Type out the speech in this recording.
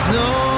no